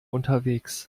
unterwegs